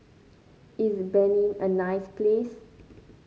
is Benin a nice place